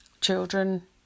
Children